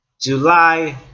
july